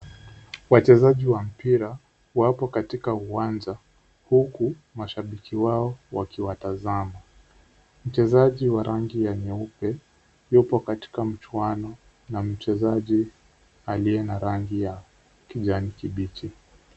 Wachezaji wa mpira wapo katika uwanja huku mashabiki wao wakiwatazama. Mchezaji wa rangi ya nyeupe yupo katika mchuano na mchezaji aliye na rangi ya kijani kibichi.